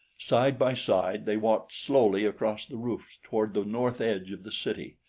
side by side they walked slowly across the roofs toward the north edge of the city.